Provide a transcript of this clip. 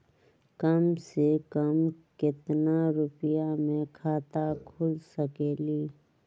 कम से कम केतना रुपया में खाता खुल सकेली?